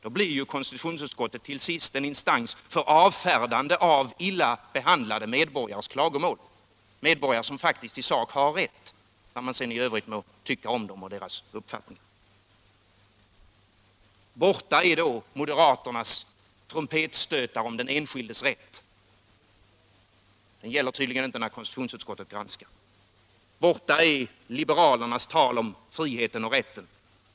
Då blir konstitutionsutskottet till sist en instans för avfärdande av illa behandlade medborgares klagomål, medborgare som faktiskt i sak har rätt, vad man sedan än i övrigt må tycka om dem och deras uppfattningar. Borta är då moderaternas trumpetstötar om den enskildes rätt. Den gäller tydligen inte när konstitutionsutskottet granskar. Borta är liberalernas tal om friheten och rätten.